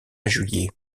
juillet